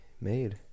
made